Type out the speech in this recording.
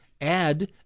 add